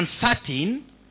uncertain